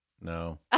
No